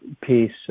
piece